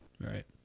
Right